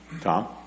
Tom